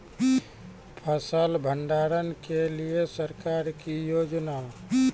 फसल भंडारण के लिए सरकार की योजना?